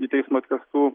į teismą atvestų